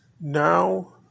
now